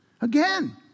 Again